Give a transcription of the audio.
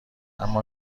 اما